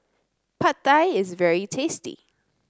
Pad Thai is very tasty